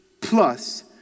plus